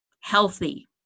healthy